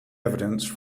evidence